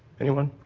anyone?